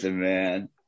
man